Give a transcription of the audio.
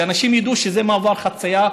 שאנשים ידעו שזה מעבר חציה,